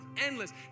endless